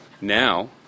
Now